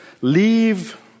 leave